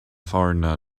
foreigner